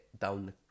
down